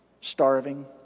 starving